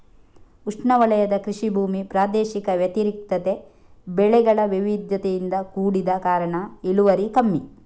ಉಷ್ಣವಲಯದ ಕೃಷಿ ಭೂಮಿ ಪ್ರಾದೇಶಿಕ ವ್ಯತಿರಿಕ್ತತೆ, ಬೆಳೆಗಳ ವೈವಿಧ್ಯತೆಯಿಂದ ಕೂಡಿದ ಕಾರಣ ಇಳುವರಿ ಕಮ್ಮಿ